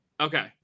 okay